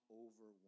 over